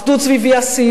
אחדות סביב אי-עשייה,